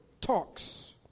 talks